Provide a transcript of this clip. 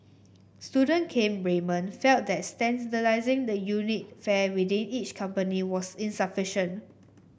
student Kane Raymond felt that standardising the unit fare within each company was insufficient